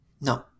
No